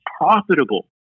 profitable